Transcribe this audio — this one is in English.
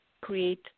create